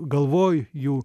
galvoj jų